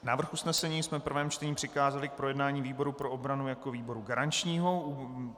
Návrh usnesení jsme v prvém čtení přikázali k projednání výboru pro obranu jako výboru garančnímu.